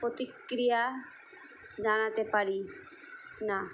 প্রতিক্রিয়া জানাতে পারি না